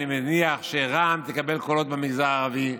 אני מניח שרע"מ תקבל קולות במגזר הערבי,